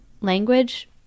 language